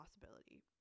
possibility